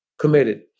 committed